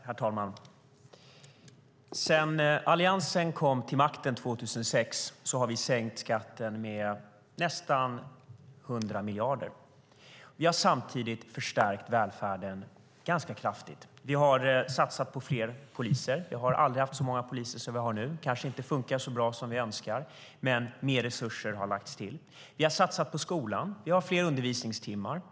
Herr talman! Sedan Alliansen kom till makten 2006 har vi sänkt skatten med nästan 100 miljarder. Vi har samtidigt förstärkt välfärden ganska kraftigt. Vi har satsat på fler poliser. Vi har aldrig haft så många poliser som vi har nu. Det kanske inte funkar så bra som vi önskar, men mer resurser har lagts till. Vi har satsat på skolan. Vi har fler undervisningstimmar.